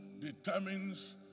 determines